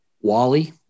Wally